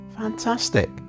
fantastic